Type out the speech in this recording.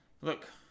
Look